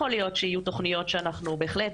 יכול להיות שיהיו תוכניות שאנחנו בהחלט